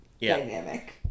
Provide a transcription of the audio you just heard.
dynamic